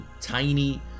tiny